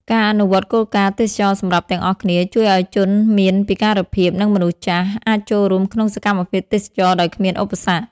ការអនុវត្តគោលការណ៍ "ទេសចរណ៍សម្រាប់ទាំងអស់គ្នា" ជួយឱ្យជនមានពិការភាព និងមនុស្សចាស់ អាចចូលរួមក្នុងសកម្មភាពទេសចរណ៍ដោយគ្មានឧបសគ្គ។